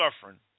suffering